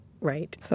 Right